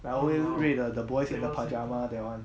ya make you play the boys and the pajama that one